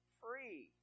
free